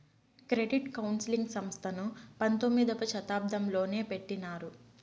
credit counselling సంస్థను పంతొమ్మిదవ శతాబ్దంలోనే పెట్టినారు